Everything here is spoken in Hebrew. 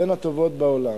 בין הטובות בעולם.